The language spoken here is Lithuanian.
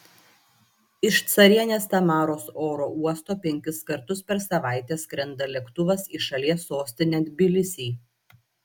iš carienės tamaros oro uosto penkis kartus per savaitę skrenda lėktuvas į šalies sostinę tbilisį